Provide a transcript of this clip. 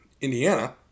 Indiana